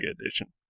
edition